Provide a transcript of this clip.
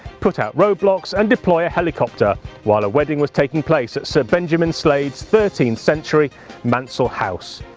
put out roadblocks and deploy a helicopter while a wedding was taking place at sir benjamin slade's thirteenth century maunsel house.